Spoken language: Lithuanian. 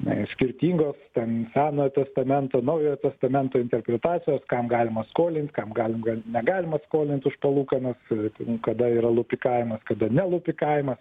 na ir skirtingos ten senojo testamento naujojo testamento interpretacijos kam galima skolint kam galim negalima skolint už palūkanas nu kada yra lupikavimas kada nelupikavimas